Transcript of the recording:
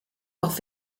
auch